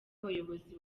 abayobozi